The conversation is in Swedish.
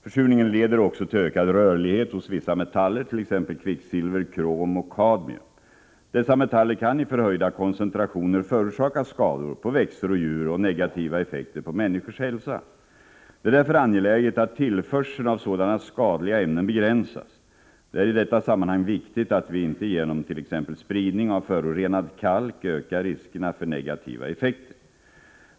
Försurningen leder också till ökad rörlighet hos vissa metaller, t.ex. kvicksilver, krom och kadmium. Dessa metaller kan i förhöjda koncentrationer förorsaka skador på växter och djur och negativa effekter på människors hälsa. Det är därför angeläget att tillförseln av sådana skadliga ämnen begränsas. Det är i detta sammanhang viktigt att vi inte genom t.ex. spridning av förorenad kalk ökar riskerna för negativa effekter.